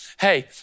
Hey